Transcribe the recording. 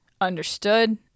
understood